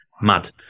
Mad